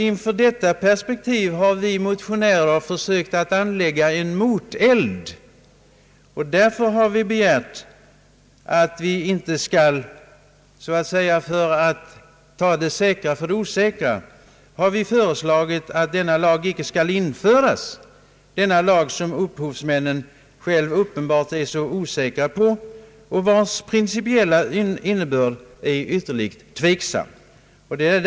Inför detta perspektiv har vi motionärer försökt anlägga moteld, velat ta det säkra för det osäkra och föreslagit att lagen inte skall införas, denna lag som upphovsmännen själva uppenbarligen är så osäkra på och vars principiella innebörd är ytterligt tveksam. Herr talman!